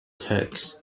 turks